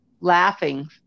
laughing